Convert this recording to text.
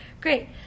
Great